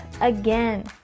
again